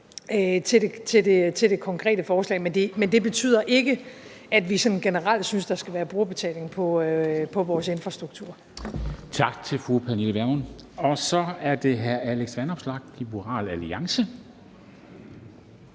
til det konkrete forslag. Men det betyder ikke, at vi sådan generelt synes, der skal være brugerbetaling på vores infrastruktur. Kl. 14:07 Formanden (Henrik Dam Kristensen): Tak til fru Pernille Vermund. Så er det hr. Alex Vanopslagh, Liberal Alliance.